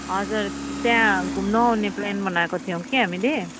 हजुर त्यहाँ घुम्नु आउने प्लान बनाएको थियौँ कि हामीले